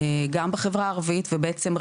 גם בחברה הערבית ובעצם,